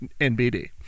NBD